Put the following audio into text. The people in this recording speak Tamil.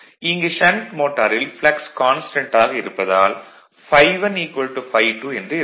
இங்கு ஷண்ட் மோட்டாரில் ப்ளக்ஸ் கான்ஸ்டன்ட் ஆக இருப்பதால் ∅1 ∅ 2 என்று இருக்கும்